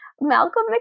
malcolm